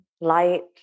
light